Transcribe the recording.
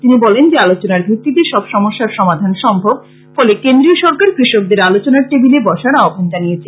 তিনি বলেন যে আলোচনার ভিত্তিতে সব সমস্যার সমাধান সম্ভব ফলে কেন্দ্রীয় সরকার কৃষকদের আলোচনার টেবিলে বসার আহ্বান জানিয়েছে